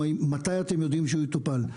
מתי אתם יודעים שהוא יטופל?